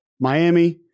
Miami